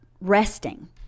resting